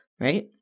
right